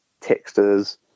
textures